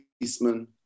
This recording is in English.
policeman